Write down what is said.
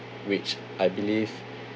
which I believe